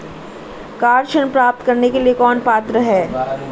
Car ऋण प्राप्त करने के लिए कौन पात्र है?